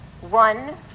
one